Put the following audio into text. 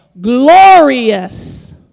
glorious